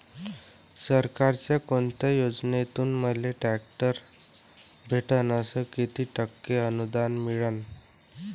सरकारच्या कोनत्या योजनेतून मले ट्रॅक्टर भेटन अस किती टक्के अनुदान मिळन?